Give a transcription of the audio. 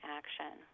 action